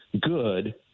good